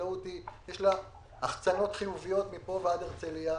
החקלאות יש לה החצנות חיוביות מפה ועד הרצליה.